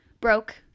Broke